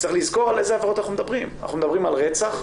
לזכור על איזה עבירות אנחנו מדברים אנחנו מדברים על רצח,